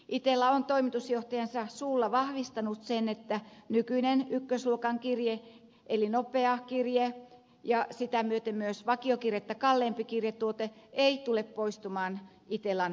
itella on toimitusjohtajansa suulla vahvistanut sen että nykyinen ykkösluokan kirje eli nopea kirje ja sitä myöten myös vakiokirjettä kalliimpi kirjetuote ei tule poistumaan itellan valikoimista